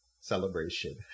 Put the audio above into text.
celebration